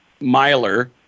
miler